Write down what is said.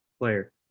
player